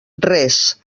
res